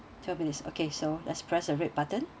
twelve minutes okay so just press the red button